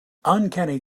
uncanny